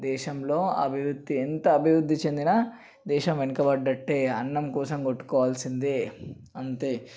దేశంలో అభివృద్ధి ఎంత అభివృద్ధి చెందిన దేశం వెనకబడ్డట్టే అన్నం కోసం కొట్టుకోవాల్సిందే అంతే